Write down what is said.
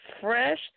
fresh